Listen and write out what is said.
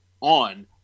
on